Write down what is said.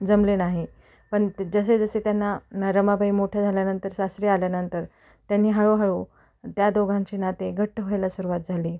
जमले नाही पण ते जसे जसे त्यांना रमाबाई मोठ्या झाल्यानंतर सासरी आल्यानंतर त्यांनी हळूहळू त्या दोघांचे नाते घट्ट व्हायला सुरुवात झाली